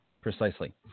Precisely